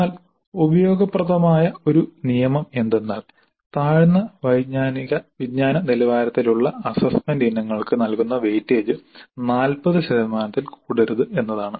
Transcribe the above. എന്നാൽ ഉപയോഗപ്രദമായ ഒരു നിയമം എന്തെന്നാൽ താഴ്ന്ന വിജ്ഞാന നിലവാരത്തിലുള്ള അസ്സസ്സ്മെന്റ് ഇനങ്ങൾക്ക് നൽകുന്ന വെയിറ്റേജ് 40 ശതമാനത്തിൽ കൂടരുത് എന്നതാണ്